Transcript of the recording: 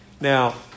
Now